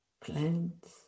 plants